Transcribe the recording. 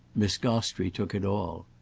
miss gostrey took it all.